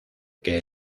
que